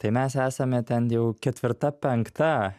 tai mes esame ten jau ketvirta penkta